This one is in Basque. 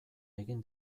egin